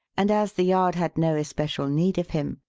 and as the yard had no especial need of him,